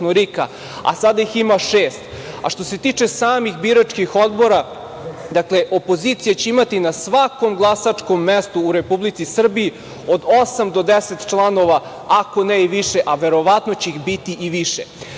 RIK-a, a sada ih ima šest. A što se tiče samih biračkih odbora, dakle opozicija će imati na svakom glasačkom mestu u Republici Srbiji od osam do deset članova, ako ne i više, a verovatno će ih biti i više.Zašto